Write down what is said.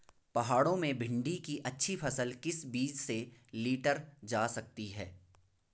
पहाड़ों में भिन्डी की अच्छी फसल किस बीज से लीटर जा सकती है?